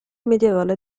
medievale